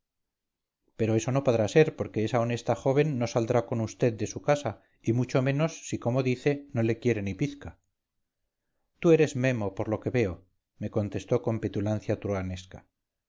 pero eso no podrá ser porque esa honesta joven no saldrá con vd de su casa y mucho menos si como dice no le quiere ni pizca tú eres memo por lo que veo me contestó con petulancia